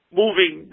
moving